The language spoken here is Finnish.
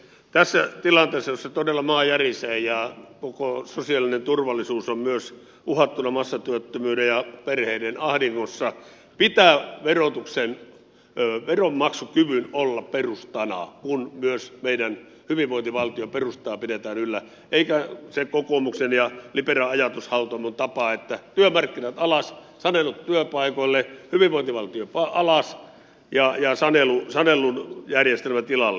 tässä tilanteessa jossa todella maa järisee ja koko sosiaalinen turvallisuus on myös uhattuna massatyöttömyyden ja perheiden ahdingossa pitää veronmaksukyvyn olla perustana kun myös meidän hyvinvointivaltiomme perustaa pidetään yllä eikä sen kokoomuksen ja libera ajatushautomon tavan että työmarkkinat alas sanelut työpaikoille hyvinvointivaltio alas ja sanelujärjestelmä tilalle